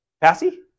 Passy